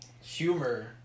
Humor